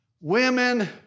women